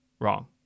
wrong